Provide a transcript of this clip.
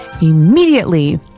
immediately